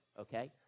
okay